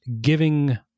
giving